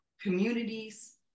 communities